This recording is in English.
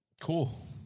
cool